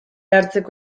hartzeko